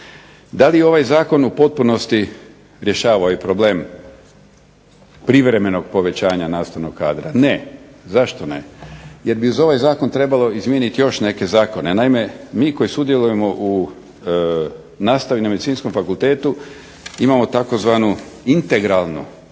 Da li je ovaj zakon u potpunosti rješava problem privremenog povećanja nastavnog kadra. Ne. Zašto ne? Jer bi uz ovaj Zakon trebalo izmijeniti još neke zakone. Naime, mi koji sudjelujemo u nastavi na Medicinskom fakultetu imamo tzv. integralnu